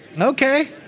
Okay